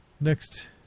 Next